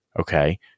okay